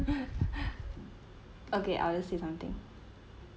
okay I'll just say something